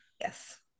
yes